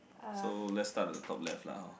so let's start with the top left lah hor